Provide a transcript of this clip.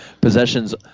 possessions